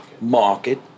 Market